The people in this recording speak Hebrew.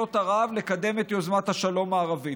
מדינות ערב לקדם את יוזמת השלום הערבית?